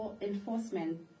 enforcement